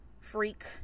freak